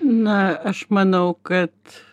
na aš manau kad